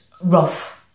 rough